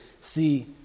see